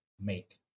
make